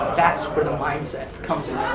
that's where the mindset comes in